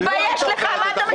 תתבייש לך, על מה אתה מדבר?